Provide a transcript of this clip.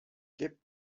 kept